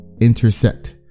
intersect